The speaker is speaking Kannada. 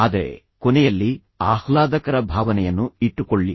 ಆದರೆ ಕೊನೆಯಲ್ಲಿ ಆಹ್ಲಾದಕರ ಭಾವನೆಯನ್ನು ಇಟ್ಟುಕೊಳ್ಳಿ